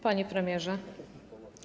Panie Premierze!